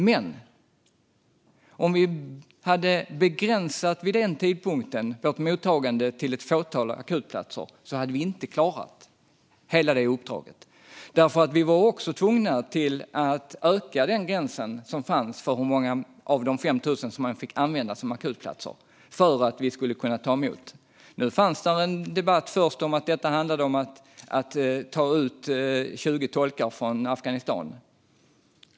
Men om vi vid den tidpunkten i vårt mottagande begränsat till ett fåtal akutplatser hade vi inte klarat hela uppdraget. Vi var också tvungna att öka gränsen för hur många av de 5 000 som fick användas som akutplatser för att kunna ta emot flyktingar. Nu fanns en debatt som hävdade att det handlade om att ta ut 20 tolkar från Afghanistan.